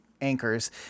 anchors